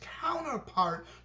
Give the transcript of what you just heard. counterpart